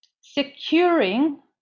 securing